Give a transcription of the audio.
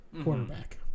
quarterback